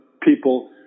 people